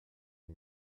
you